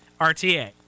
RTA